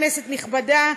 כנסת נכבדה,